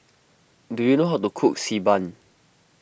do you know how to cook Xi Ban